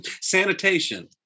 Sanitation